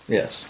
Yes